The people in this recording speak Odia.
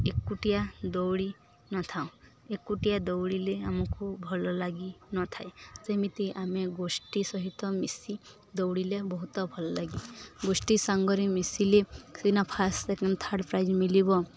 ଏକୁଟିଆ ଦୌଡ଼ି ନଥାଉ ଏକୁଟିଆ ଦୌଡ଼ିଲେ ଆମକୁ ଭଲ ଲାଗି ନଥାଏ ଯେମିତି ଆମେ ଗୋଷ୍ଠୀ ସହିତ ମିଶି ଦୌଡ଼ିଲେ ବହୁତ ଭଲ ଲାଗେ ଗୋଷ୍ଠୀ ସାଙ୍ଗରେ ମିଶିଲେ ସିନା ଫାଷ୍ଟ୍ ସେକେଣ୍ଡ୍ ଥାର୍ଡ଼୍ ପ୍ରାଇଜ୍ ମଳିବ